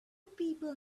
people